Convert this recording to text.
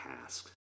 task